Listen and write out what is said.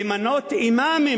למנות אימאמים,